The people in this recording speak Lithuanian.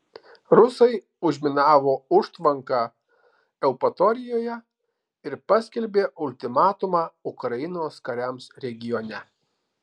rusai užminavo užtvanką eupatorijoje ir paskelbė ultimatumą ukrainos kariams regione